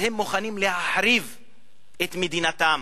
הם מוכנים להחריב את מדינתם.